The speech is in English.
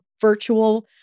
virtual